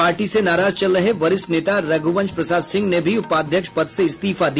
party से नाराज चल रहे वरिष्ठ नेता रघुवंश प्रसाद सिंह ने भी उपाध्यक्ष पद से इस्तीफा दिया